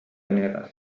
jne